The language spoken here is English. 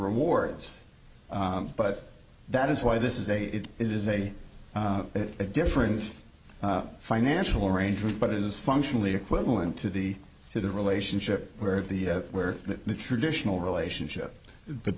rewards but that is why this is a it is a different financial arrangement but it is functionally equivalent to the to the relationship where the where the traditional relationship but